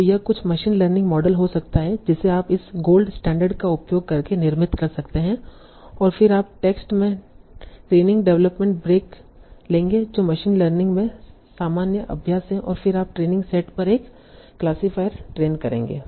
तो यह कुछ मशीन लर्निंग मॉडल हो सकता है जिसे आप इस गोल्ड स्टैण्डर्ड का उपयोग करके निर्मित कर सकते हैं और फिर आप टेक्स्ट में ट्रेनिंग डेवलपमेंट ब्रेक लेंगे जो मशीन लर्निंग में सामान्य अभ्यास है और फिर आप ट्रेनिंग सेट पर एक क्लासिफायर ट्रेन करेंगे